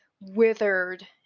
withered